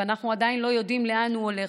ואנחנו עדיין לא יודעים לאן הוא הולך.